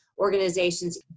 organizations